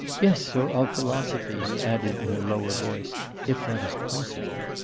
yes, or of philosophy he added, in a lower voice if that is possible